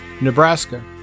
Nebraska